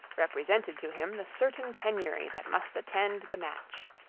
represented to him the certain penury that must attend the match.